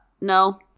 No